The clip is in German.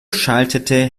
schaltete